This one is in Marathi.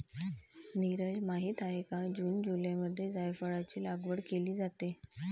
नीरज माहित आहे का जून जुलैमध्ये जायफळाची लागवड केली जाते